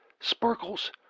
Sparkles